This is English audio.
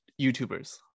youtubers